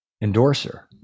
endorser